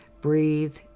breathe